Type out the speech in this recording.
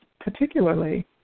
particularly